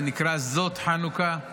זה נקרא "זאת חנוכה",